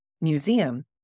museum